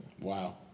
Wow